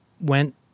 went